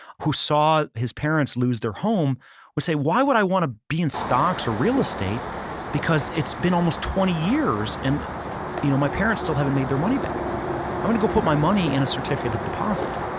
who saw his parents lose their home would say, why would i want to be in stocks or real estate because it's been almost twenty years and you know my parents still haven't made their money back. i'm going to go put my money in a certificate of deposit.